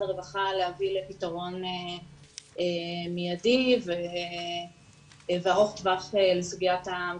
הרווחה להביא לפתרון מיידי וארוך טווח לסוגיית ההמתנה.